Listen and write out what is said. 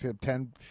ten